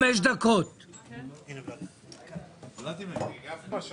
שהעצמאים ייהנו ולפחות יהיה להם קצת מזור